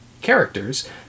characters